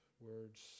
words